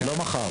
לא מחר.